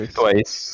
twice